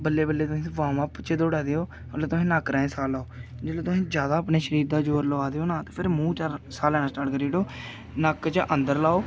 बल्लें बल्लें तुसी वार्म अप च दौड़ा दे ओ ओल्लै तुस न'क्क राहें साह् लैओ जेल्लै तुसें जादा अपने शरीर दा जोर ला दे ओ ते फिर मुंह चा साह् लैना स्टार्ट करी ओड़ो न'क्क चा अन्दर लैओ